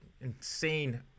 insane